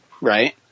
right